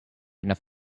enough